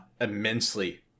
immensely